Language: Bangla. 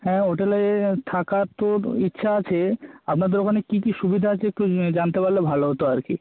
হ্যাঁ হোটেলের থাকার তো ইচ্ছা আছে আপনাদের ওখানে কী কী সুবিধা আছে একটু জানতে পারলে ভালো হতো আর কি